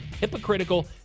hypocritical